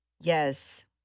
Yes